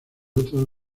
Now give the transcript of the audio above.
otras